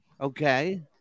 Okay